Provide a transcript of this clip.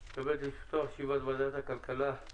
אני מתכבד לפתוח את ישיבת ועדת הכלכלה,